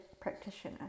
practitioner